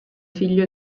figlio